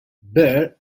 burr